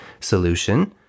solution